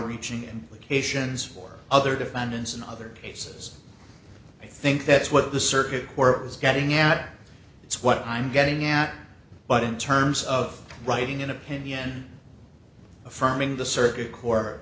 reaching implications for other defendants in other cases i think that's what the circuit or it was getting at that's what i'm getting at but in terms of writing an opinion affirming the circuit